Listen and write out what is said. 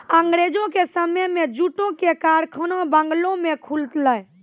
अंगरेजो के समय मे जूटो के कारखाना बंगालो मे खुललै